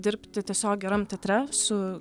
dirbti tiesiog geram teatre su